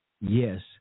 Yes